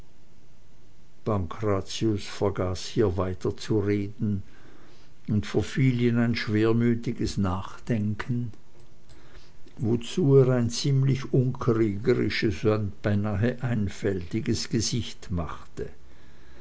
pankrazius vergaß hier weiterzureden und verfiel in ein schwermütiges nachdenken wozu er ein ziemlich unkriegerisches und beinahe einfältiges gesicht machte